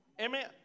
Amen